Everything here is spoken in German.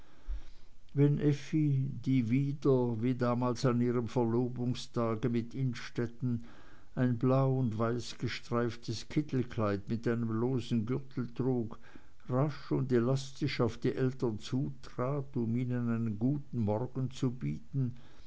wenn effi die wieder wie damals an ihrem verlobungstag mit innstetten ein blau und weiß gestreiftes kittelkleid mit einem losen gürtel trug rasch und elastisch auf die eltern zutrat um ihnen einen guten morgen zu bieten